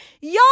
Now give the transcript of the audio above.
Y'all